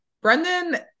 brendan